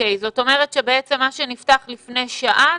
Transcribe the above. זאת אומרת שמה שנפתח לפני שעה,